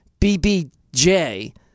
BBJ